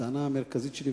הטענה המרכזית שלי,